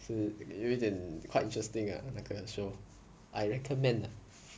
so 有一点 quite interesting ah 那个 show I recommend lah